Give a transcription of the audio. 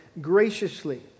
graciously